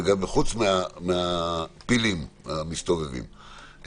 חוץ מהפילים המסתובבים.